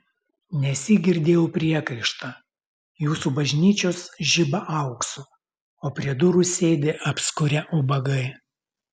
nesyk girdėjau priekaištą jūsų bažnyčios žiba auksu o prie durų sėdi apskurę ubagai